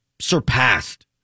surpassed